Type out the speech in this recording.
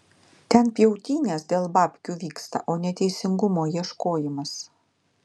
ten pjautynės dėl babkių vyksta o ne teisingumo ieškojimas